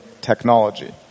technology